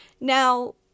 Now